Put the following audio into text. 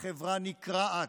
החברה נקרעת,